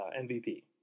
MVP